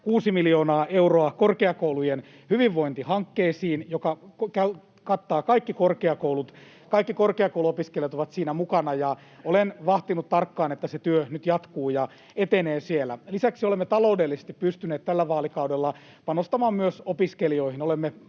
6 miljoonaa euroa korkeakoulujen hyvinvointihankkeisiin, joka kattaa kaikki korkeakoulut, eli kaikki korkeakouluopiskelijat ovat siinä mukana, ja olen vahtinut tarkkaan, että se työ nyt jatkuu ja etenee siellä. Lisäksi olemme taloudellisesti pystyneet tällä vaalikaudella panostamaan myös opiskelijoihin: